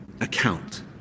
account